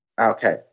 Okay